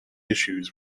issues